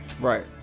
Right